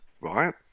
right